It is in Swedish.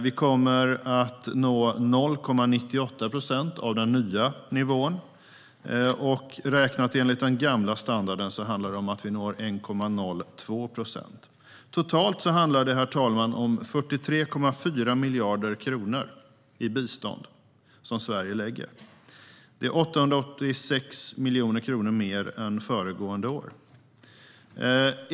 Vi kommer att nå 0,98 procent av den nya nivån, och räknat enligt den gamla standarden handlar det om att vi når 1,02 procent. Totalt handlar det, herr talman, om att Sverige lägger 43,4 miljarder kronor i bistånd. Det är 886 miljoner kronor mer än föregående år.